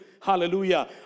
Hallelujah